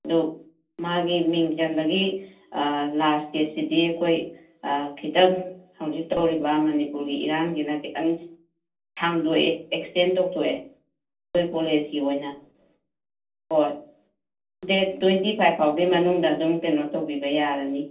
ꯑꯗꯨ ꯃꯥꯒꯤ ꯃꯤꯡ ꯆꯟꯕꯒꯤ ꯂꯥꯁꯠ ꯗꯦꯠꯁꯤꯗꯤ ꯑꯩꯈꯣꯏ ꯈꯤꯇꯪ ꯍꯧꯖꯤꯛ ꯇꯧꯔꯤꯕ ꯃꯅꯤꯄꯨꯔꯒꯤ ꯏꯔꯥꯡꯁꯤꯅ ꯈꯤꯇꯪ ꯁꯥꯡꯗꯣꯛꯑꯦ ꯑꯦꯛꯁꯇꯦꯟ ꯇꯧꯊꯣꯛꯑꯦ ꯑꯩꯈꯣꯏ ꯀꯣꯂꯦꯖꯀꯤ ꯑꯣꯏꯅ ꯍꯣꯏ ꯗꯦꯠ ꯇ꯭ꯋꯦꯟꯇꯤ ꯐꯥꯏꯚ ꯐꯥꯎꯒꯤ ꯃꯅꯨꯡꯗ ꯑꯗꯨꯝ ꯀꯩꯅꯣ ꯇꯧꯕꯤꯕ ꯌꯥꯔꯅꯤ